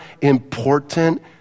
important